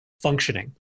functioning